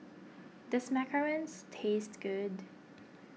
does Macarons taste good